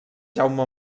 jaume